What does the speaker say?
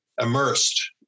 immersed